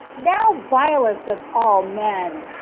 thou vilest of all men!